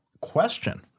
question